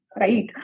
Right